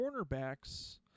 cornerbacks